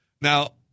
Now